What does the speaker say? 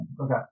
Okay